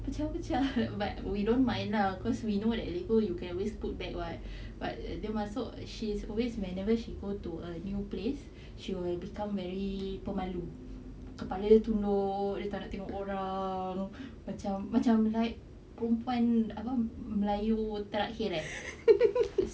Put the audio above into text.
pecah-pecah but we don't mind lah cause we know that you can always put back [what] but those she's always whenever she go to a new place she will become very pemalu kepala tunduk tak nak tengok orang macam macam like perempuan apa melayu terakhir eh